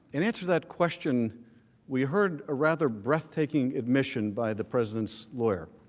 an answer that question we heard a rather breathtaking admission by the president's lawyer,